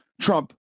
Trump